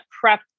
prep